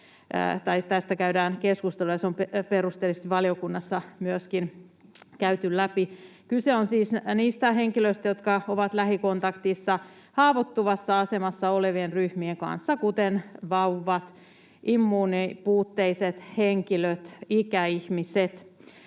tästä käydään keskustelua, ja se on perusteellisesti valiokunnassa myöskin käyty läpi. Kyse on siis niistä henkilöistä, jotka ovat lähikontaktissa haavoittuvassa asemassa olevien ryhmien, kuten vauvojen, immuunipuutteisten henkilöiden, ikäihmisten,